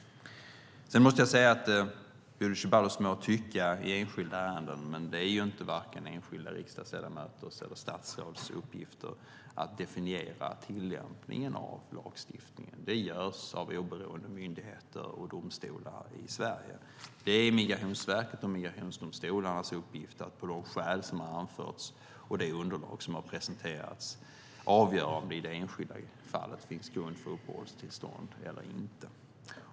Bodil Ceballos må ha åsikter i enskilda ärenden, men det är inte vare sig enskilda riksdagsledamöters eller statsråds uppgifter att definiera tillämpningen av lagstiftningen. Det görs av oberoende myndigheter och domstolar i Sverige. Det är Migrationsverket och migrationsdomstolarnas uppgift att på grundval av de skäl som anförts och det underlag som presenterats avgöra om det i det enskilda fallet finns grund för uppehållstillstånd eller inte.